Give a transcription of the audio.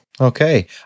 Okay